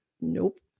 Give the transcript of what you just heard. nope